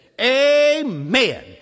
amen